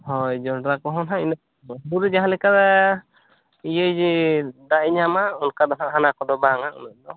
ᱦᱳᱭ ᱡᱚᱱᱰᱨᱟ ᱠᱚᱦᱚᱸ ᱦᱟᱸᱜ ᱤᱱᱟᱹ ᱛᱮᱜᱮ ᱦᱩᱲᱩ ᱨᱮ ᱡᱟᱦᱟᱸ ᱞᱮᱠᱟ ᱤᱭᱟᱹ ᱫᱟᱜ ᱮ ᱧᱟᱢᱟ ᱚᱱᱠᱟ ᱫᱚ ᱦᱟᱸᱜ ᱦᱟᱱᱟ ᱠᱚᱫᱚ ᱵᱟᱝᱟ ᱩᱱᱟᱹᱜ ᱫᱚ